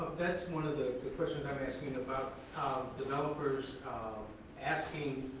that's one of the questions i am asking about developers asking